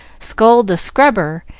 scold the scrubber,